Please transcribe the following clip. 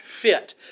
fit